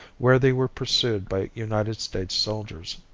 where they were pursued by united states soldiers.